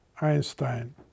Einstein